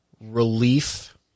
relief